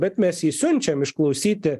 bet mes jį siunčiam išklausyti